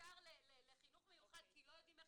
לשלוח אותם ישר לחינוך מיוחד כי לא יודעים איך